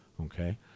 okay